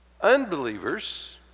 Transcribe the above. Unbelievers